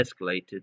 escalated